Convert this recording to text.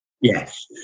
Yes